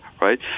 Right